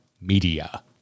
media